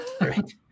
Right